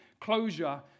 closure